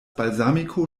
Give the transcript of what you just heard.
balsamico